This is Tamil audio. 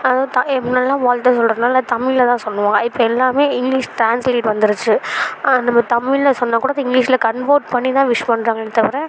அது வந்து தா முன்னாடிலாம் வாழ்த்து சொல்கிறதுன்னால தமிழில் தான் சொல்லுவாங்க இப்போ எல்லாம் இங்கிலீஷ் ட்ரான்ஸ்லேட் வந்துடுச்சி அந்தமாரி நம்ம தமிழில் சொன்னாக்கூட அது இங்கிலீஷில் கன்வேர்ட் பண்ணி தான் விஷ் பண்ணுறாங்களே தவிர